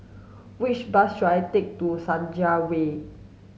which bus should I take to Senja Way